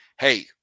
Hey